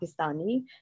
Pakistani